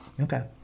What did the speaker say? okay